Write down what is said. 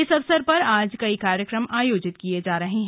इस अवसर पर आज कई कार्यक्रम आयोजित किए जा रहे हैं